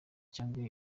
cyangwa